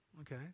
Okay